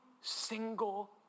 single